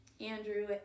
andrew